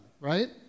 right